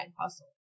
hustle